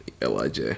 LIJ